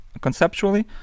conceptually